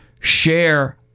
share